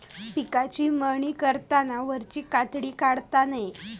पिकाची मळणी करताना वरची कातडी काढता नये